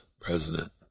president